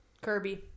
Kirby